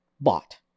bought